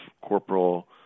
corporal